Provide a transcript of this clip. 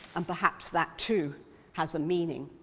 and perhaps that too has a meaning.